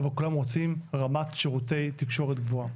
אבל כולם רוצים רמת שירותי תקשורת גבוהה.